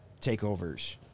takeovers